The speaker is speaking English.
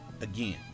again